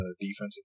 defensive